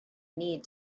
need